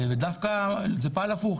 וזה דווקא פעל הפוך,